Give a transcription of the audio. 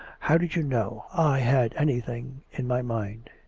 how did you know i had anything in my mind?